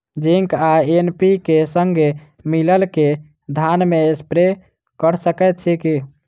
Zinc आ NPK, संगे मिलल कऽ धान मे स्प्रे कऽ सकैत छी की?